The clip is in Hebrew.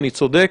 אני צודק?